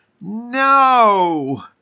No